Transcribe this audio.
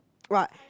what